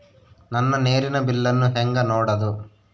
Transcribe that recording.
ನನ್ನ ನೇರಿನ ಬಿಲ್ಲನ್ನು ಹೆಂಗ ನೋಡದು?